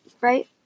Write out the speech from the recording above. right